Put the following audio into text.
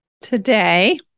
Today